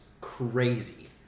crazy